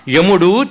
Yamudu